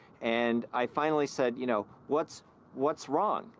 and i finally said, you know, what's what's wrong?